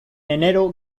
enero